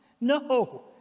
No